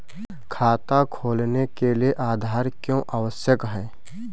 खाता खोलने के लिए आधार क्यो आवश्यक है?